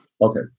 Okay